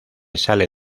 sale